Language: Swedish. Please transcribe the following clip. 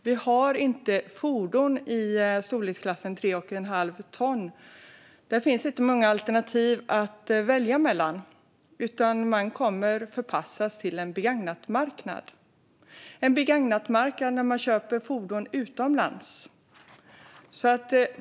Det finns inte många alternativa fordon i storleksklassen 3 1⁄2 ton att välja mellan, utan man kommer att förpassas till en begagnatmarknad. På den marknaden köper man fordon utomlands.